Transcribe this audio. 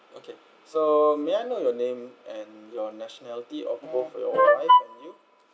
okay so may I know your name and your nationality of both of your wife and you